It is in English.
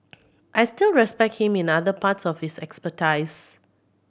I still respect him in other parts of his expertise